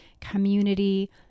community